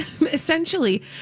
essentially